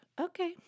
Okay